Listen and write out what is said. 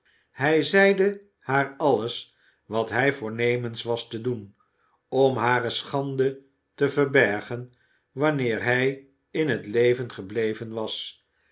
hij zeide haar alles wat hij voornemens was te doen om hare schande te verbergen wanneer hij in het leven gebleven was